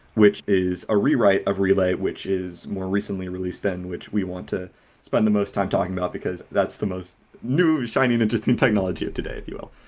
which is a rewrite of relay which is more recently released and which we want to spend the most time talking about because that's the most new, shiny, and interesting technology today, if you will.